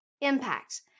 impact